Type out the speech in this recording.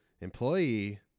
employee